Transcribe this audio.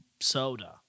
Soda